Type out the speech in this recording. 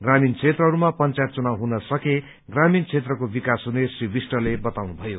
ग्रामीण क्षेत्रहरूमा पंचायत चुनाव हुन सके ग्रामीण क्षेत्रको विकास हुने श्री विष्टले बताउनुभयो